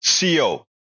CO